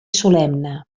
solemne